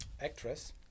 actress